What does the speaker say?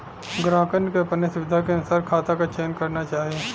ग्राहकन के अपने सुविधा के अनुसार खाता क चयन करना चाही